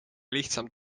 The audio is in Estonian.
lihtsam